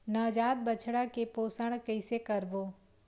नवजात बछड़ा के पोषण कइसे करबो?